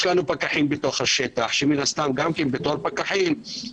יש לנו פקחים בשטח שמן הסתם גם הם צריכים